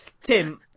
Tim